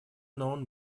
known